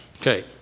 Okay